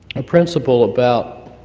a principle about